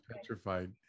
petrified